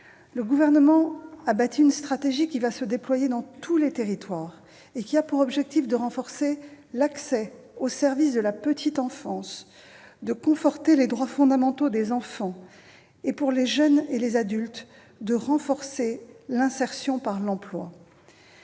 Le Gouvernement a bâti une stratégie qui va se déployer dans tous les territoires et qui a pour objectifs de renforcer l'accès aux services de la petite enfance, de conforter les droits fondamentaux des enfants et de renforcer l'insertion des jeunes